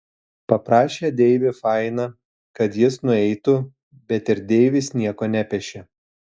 paprašė deivį fainą kad jis nueitų bet ir deivis nieko nepešė